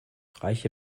reiche